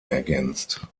ergänzt